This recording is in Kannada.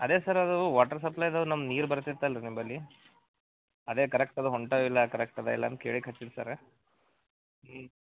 ಅದೇ ಸರ್ ಅದು ವಾಟರ್ ಸಪ್ಲೈದವ್ರು ನಮ್ಮ ನೀರು ಬರ್ತೈತಲ್ರಿ ನಿಮ್ಮಲ್ಲಿ ಅದೇ ಕರೆಕ್ಟ್ ಅದು ಹೊಂಟವೊ ಇಲ್ಲ ಕರೆಕ್ಟ್ ಅದ ಇಲ್ಲಾಂತ ಕೇಳ್ಲಿಕ್ಕೆ ಹಚ್ಚಿವಿ ಸರ ಹ್ಞೂ